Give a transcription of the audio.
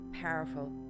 Powerful